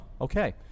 Okay